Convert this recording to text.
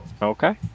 Okay